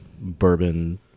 bourbon